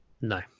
No